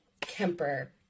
Kemper